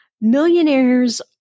millionaires